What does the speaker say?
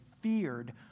feared